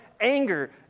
anger